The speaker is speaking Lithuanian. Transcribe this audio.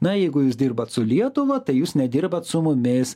na jeigu jūs dirbat su lietuva tai jūs nedirbat su mumis